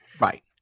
Right